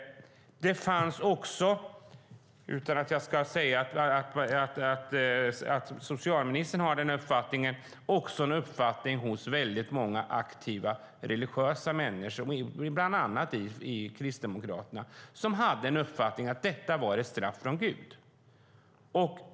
Det fanns också, utan att jag ska säga att socialministern har den uppfattningen, en uppfattning hos många aktiva religiösa människor, bland annat inom Kristdemokraterna, att detta var ett straff från Gud.